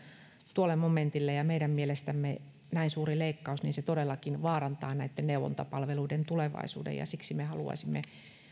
tuolle momentille ja meidän mielestämme näin suuri leikkaus todellakin vaarantaa näiden neuvontapalveluiden tulevaisuuden ja siksi me haluaisimme